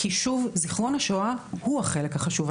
כי זיכרון השואה הוא החלק החשוב.